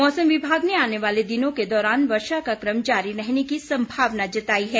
मौसम विभाग ने आने वाले दिनों के दौरान वर्षा का कम जारी रहने की संभावना जताई है